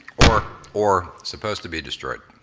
or or supposed to be destroyed.